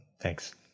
Thanks